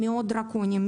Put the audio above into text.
דרקוניים,